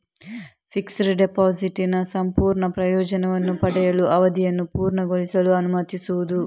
fixed ಡೆಪಾಸಿಟಿನ ಸಂಪೂರ್ಣ ಪ್ರಯೋಜನವನ್ನು ಪಡೆಯಲು, ಅವಧಿಯನ್ನು ಪೂರ್ಣಗೊಳಿಸಲು ಅನುಮತಿಸುವುದು